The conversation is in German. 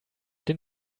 den